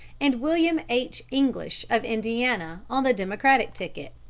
and william h. english, of indiana, on the democratic ticket.